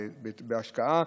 בהשקעה,